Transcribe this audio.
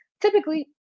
typically